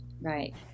Right